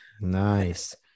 Nice